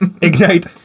ignite